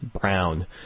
Brown